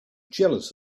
jealous